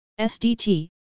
SDT